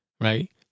Right